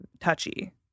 touchy